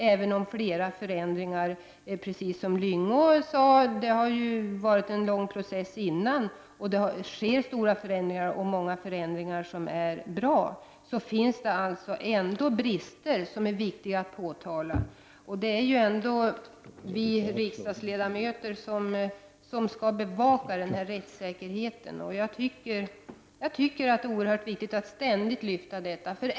Precis som Gösta Lyngå sade har det varit en lång process. Det har gjorts stora förändringar, och många av förändringarna är bra, men det finns ändå brister som det är viktigt att påtala. Det är ändå vi riksdagsledamöter som skall bevaka rättssäkerheten. Jag tycker att det är oerhört viktigt att lyfta fram detta.